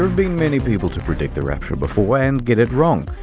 been many people to predict the rapture before and get it wrong.